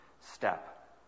step